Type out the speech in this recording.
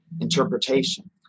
interpretation